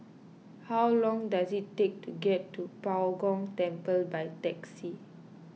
how long does it take to get to Bao Gong Temple by taxi